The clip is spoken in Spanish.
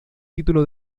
título